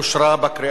נתקבל.